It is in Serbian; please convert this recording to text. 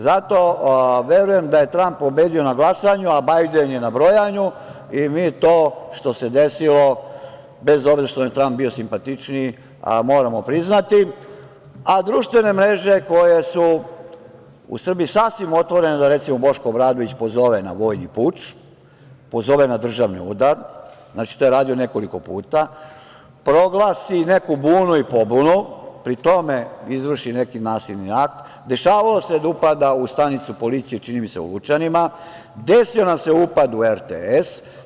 Zato verujem da je Tramp pobedio na glasanju, a Bajden je na brojanju i mi to što se desilo, bez obzira što mi je Tramp bio simpatičniji, moramo priznati, a društvene mreže koje su u Srbiji sasvim otvorene, da recimo Boško Obradović pozove na vojni puč, pozove na državni udar, znači to je radio nekoliko puta, proglasi i neku bunu i pobunu, pri tome izvrši neki nasilni akt, dešavalo se da upada u stanicu policije, čini mi se u Lučanima, desio nam se upad u RTS.